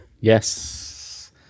Yes